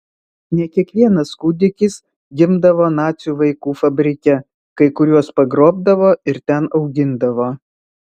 ne kiekvienas kūdikis gimdavo nacių vaikų fabrike kai kuriuos pagrobdavo ir ten augindavo